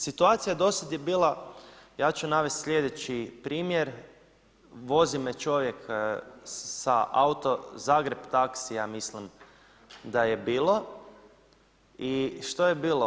Situacija do sad je bila, ja ću navest sljedeći primjer, vozi me čovjek sa autom, Zagreb taxi ja mislim da je bilo i što je bilo?